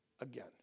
again